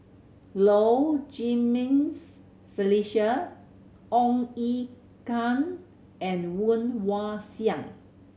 Low Jimenez Felicia Ong Ye Kung and Woon Wah Siang